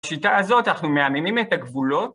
בשיטה הזאת אנחנו מאמנים את הגבולות